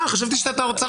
חשבתי שעצרת אותי בשאלה.